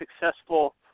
successful